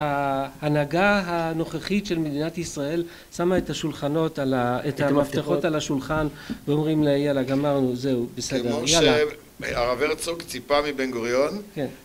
ההנהגה הנוכחית של מדינת ישראל שמה את השולחנות... את המפתחות על השולחן ואומרים לה יאללה גמרנו זהו בסדר יאללה. כמו שהרב הרצוג ציפה מבן גוריון